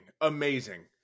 Amazing